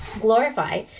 glorify